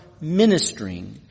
ministering